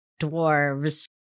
dwarves